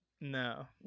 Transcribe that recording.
No